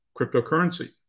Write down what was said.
cryptocurrency